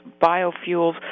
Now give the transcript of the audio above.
biofuels